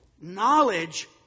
Knowledge